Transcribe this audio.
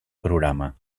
programa